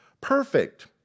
perfect